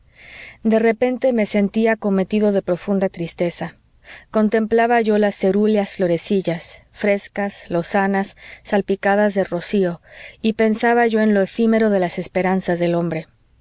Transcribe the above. de repente me sentí acometido de profunda tristeza contemplaba yo las cerúleas florecillas frescas lozanas salpicadas de rocío y pensaba yo en lo efímero de las esperanzas del hombre